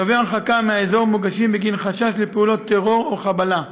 צווי הרחקה מהאזור מוגשים בגין חשש לפעולות טרור או חבלה,